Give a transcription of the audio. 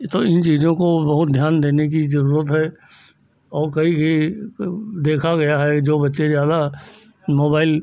इतना इन चीज़ों को बहुत ध्यान देने की ज़रुरत है और कहीं कहीं देखा गया है जो बच्चे ज़्यादा मोबाइल